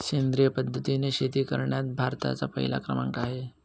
सेंद्रिय पद्धतीने शेती करण्यात भारताचा पहिला क्रमांक आहे